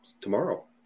tomorrow